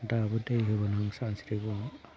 दाबो दै होब्लानो सानस्रिगौमोन